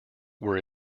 were